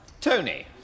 Tony